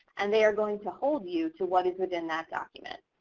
and they are going to hold you to what is within that document.